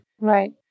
Right